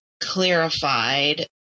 clarified